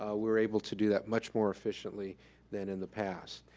ah we're able to do that much more efficiently than in the past.